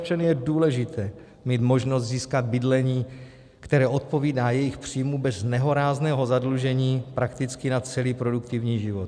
Pro naše občany je důležité mít možnost získat bydlení, které odpovídá jejich příjmu bez nehorázného zadlužení prakticky na celý produktivní život.